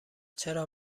چرا